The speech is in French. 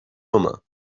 moment